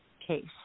case